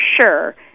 sure